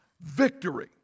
victory